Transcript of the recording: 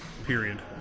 period